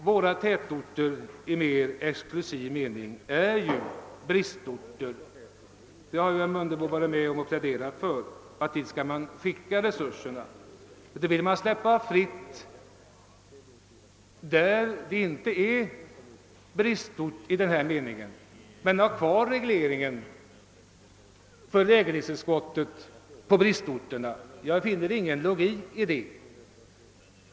Våra tätorter i mer exklusiv mening är ju bristorter. Herr Mundebo har ju varit med och pläderat för att man skall koncentrera resurserna till bristorterna. Men nu vill man tydligen släppa fritt på orter som inte är bristorter i nu angivna mening och ha kvar regleringen på bristorterna. Jag finner ingen logik i detta.